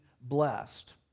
blessed